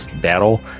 battle